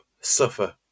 suffer